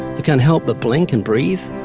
can't help but blink and breathe.